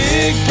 Big